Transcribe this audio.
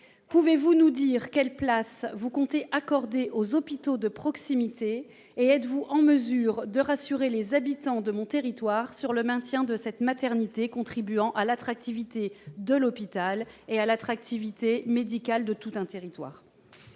pouvez-vous nous dire quelle place vous comptez accorder aux hôpitaux de proximité ? Êtes-vous en mesure de rassurer les habitants de mon territoire sur le maintien de la maternité contribuant à l'attractivité de l'hôpital et à l'attractivité médicale de tout un territoire ?